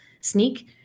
sneak